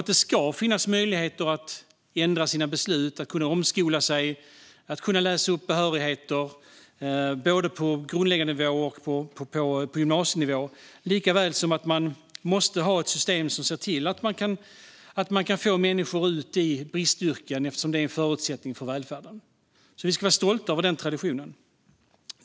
Det ska finnas möjligheter att ändra sina beslut, att omskola sig och att läsa upp behörigheter på både grundnivå och gymnasienivå. Vi måste också ha ett system som kan få ut människor i bristyrken, för det är en förutsättning för välfärden. Vi ska vara stolta över den traditionen.